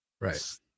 right